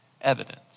evidence